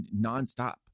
nonstop